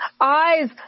eyes